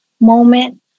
moment